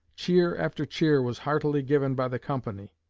cheer after cheer was heartily given by the company.